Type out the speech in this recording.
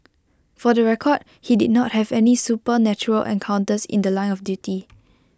for the record he did not have any supernatural encounters in The Line of duty